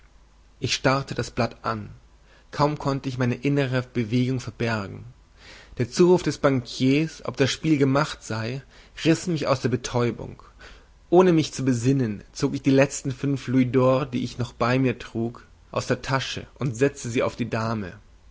ich starrte das blatt an kaum konnte ich meine innere bewegung verbergen der zuruf des bankiers ob das spiel gemacht sei riß mich aus der betäubung ohne mich zu besinnen zog ich die letzten fünf louisdors die ich noch bei mir trug aus der tasche und setzte sie auf die dame